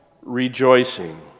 rejoicing